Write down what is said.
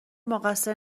مقصر